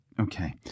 okay